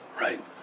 right